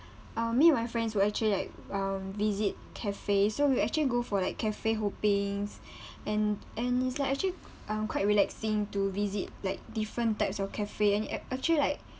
um me and my friends we'll actually like um visit cafes so we actually go for like cafe hoppings and and it's like actually um quite relaxing to visit like different types of cafe and actually like